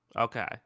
Okay